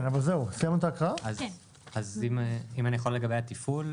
אז לגבי התפעול,